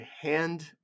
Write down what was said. hand